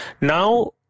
now